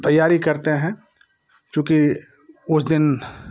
तैयारी करते हैं क्योंकि उस दिन